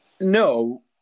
No